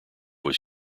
was